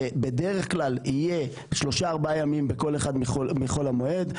בדרך כלל יהיה שלושה-ארבעה ימים בכל אחד מחול המועד.